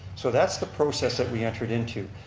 so that's the process that we entered into.